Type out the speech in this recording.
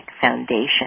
foundation